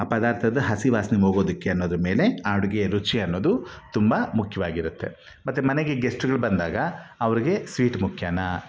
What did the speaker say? ಆ ಪದಾರ್ಥದ ಹಸಿ ವಾಸನೆ ಹೋಗೋದಕ್ಕೆ ಅನ್ನೋದ್ರಮೇಲೆ ಆ ಅಡುಗೆಯ ರುಚಿ ಅನ್ನೋದು ತುಂಬ ಮುಖ್ಯವಾಗಿರುತ್ತೆ ಮತ್ತು ಮನೆಗೆ ಗೆಸ್ಟ್ಗಳು ಬಂದಾಗ ಅವ್ರಿಗೆ ಸ್ವೀಟ್ ಮುಖ್ಯನಾ